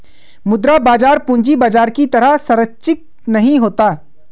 मुद्रा बाजार पूंजी बाजार की तरह सरंचिक नहीं होता